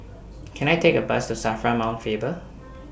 Can I Take A Bus to SAFRA Mount Faber